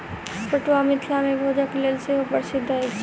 पटुआ मिथिला मे भोजनक लेल सेहो प्रसिद्ध अछि